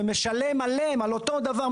ומשלם מלא על אותו דבר,